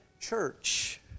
church